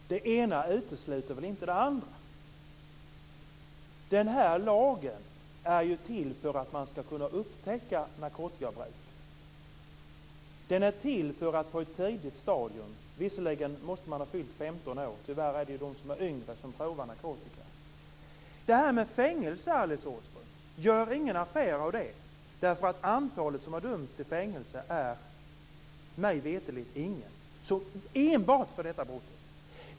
Fru talman! Det ena utesluter väl inte det andra. Lagen är ju till för att man skall kunna upptäcka narkotikabruk på ett tidigt stadium - visserligen måste man ha fyllt 15 år, men tyvärr finns det yngre som provar narkotika. Gör ingen affär av detta med fängelse, Alice Åström. Mig veterligen är det ingen som har dömts till fängelse enbart för detta brott.